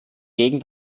gegen